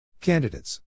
candidates